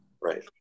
Right